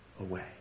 away